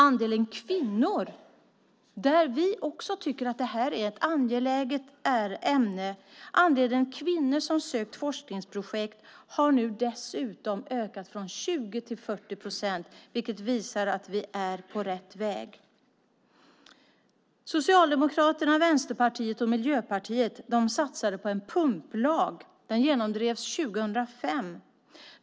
Andelen kvinnor tycker vi också är ett angeläget ämne, och andelen kvinnor som sökt forskningsprojekt har nu ökat från 20 procent till 40 procent, vilket visar att vi är på rätt väg. Socialdemokraterna, Vänsterpartiet och Miljöpartiet satsade på en pumplag som genomdrevs 2005.